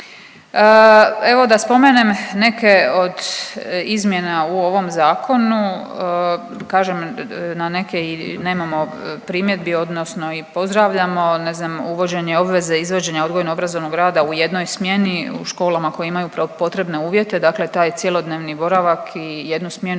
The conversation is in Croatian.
Evo da spomenem neke od izmjena u ovom zakonu. Kažem na neke i nemamo primjedbi, odnosno i pozdravljamo ne znam uvođenje obveze izvođenja odgojno-obrazovnog rada u jednoj smjeni u školama koje imaju potrebne uvjete. Dakle, taj cijeli cjelodnevni boravak i jednu smjenu